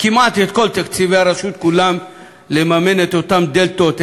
כמעט את כל תקציבי הרשות כולם לממן את אותן דֶלתות,